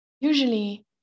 usually